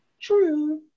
true